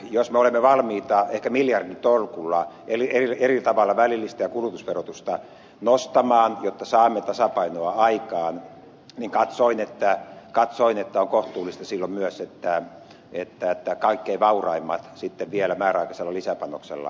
jos me olemme valmiita ehkä miljarditolkulla eri tavalla välillistä ja kulutusverotusta nostamaan jotta saamme tasapainoa aikaan niin katsoin että on kohtuullista silloin myös että kaikkein vauraimmat sitten vielä määräaikaisella lisäpanoksella osallistuvat tähän